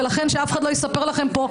ולכן שאף אחד לא יספר לכם פה,